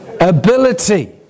ability